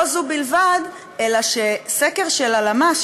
לא זו בלבד אלא שסקר של הלמ"ס,